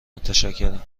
متشکرم